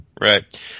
Right